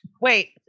Wait